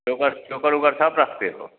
चोकर चोकर उकर सब रखते हो